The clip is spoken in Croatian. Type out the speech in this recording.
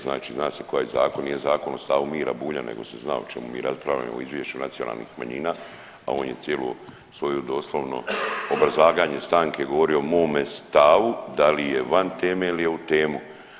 Znači zna se koja je zakon, nije zakon o stavu Mira Bulja nego se zna o čemu mi raspravljamo o Izvješću nacionalnih manjina, a on je cijelu svoju doslovno obrazlaganje stanke govorio o mome stavu da li je van teme ili je u temu.